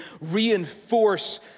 reinforce